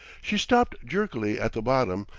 she stopped jerkily at the bottom,